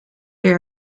weer